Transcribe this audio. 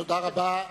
תודה רבה.